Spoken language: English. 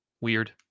Weird